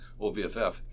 OVFF